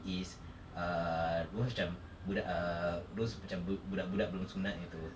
is err those macam budak err those macam bu~ budak-budak belum sunat gitu